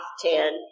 ten